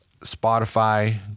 Spotify